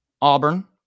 Auburn